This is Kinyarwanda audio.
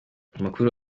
amakuru